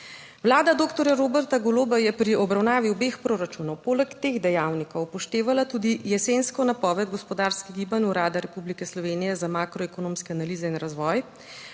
Vlada doktorja Roberta Goloba je pri obravnavi obeh proračunov poleg teh dejavnikov upoštevala tudi jesensko napoved gospodarskih gibanj Urada Republike Slovenije za makroekonomske analize in razvoj,